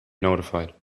notified